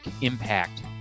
impact